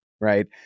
right